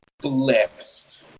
blessed